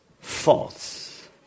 false